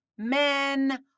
Men